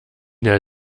der